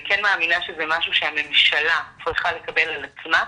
אני כן מאמינה שזה משהו שהממשלה צריכה לקבל על עצמה,